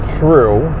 true